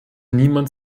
niemand